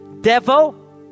Devil